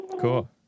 Cool